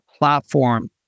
platform